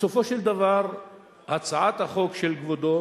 בסופו של דבר הצעת החוק של כבודו